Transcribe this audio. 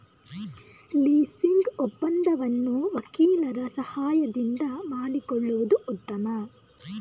leasing ಒಪ್ಪಂದವನ್ನು ವಕೀಲರ ಸಹಾಯದಿಂದ ಮಾಡಿಸಿಕೊಳ್ಳುವುದು ಉತ್ತಮ